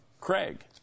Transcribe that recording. Craig